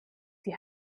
die